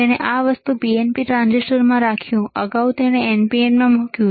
તેણે આ વસ્તુ PNPમાં ટ્રાન્ઝિસ્ટર રાખ્યું અગાઉ તેણે NPNમાં મૂક્યું